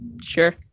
Sure